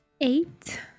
Eight